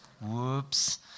whoops